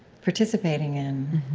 participating in.